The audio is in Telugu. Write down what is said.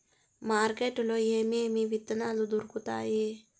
మార్కెట్ లో ఏమేమి విత్తనాలు దొరుకుతాయి